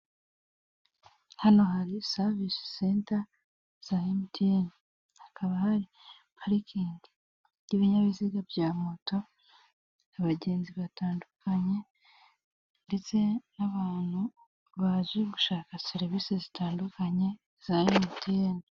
Hano hari savisi senta za emutiyene hakaba hari parikingi z'ibinyabiziga bya moto abagenzi batandukanye ndetse n'abantu baje gushaka serivisi zitandukanye za emutiyene.